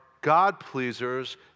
God-pleasers